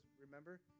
remember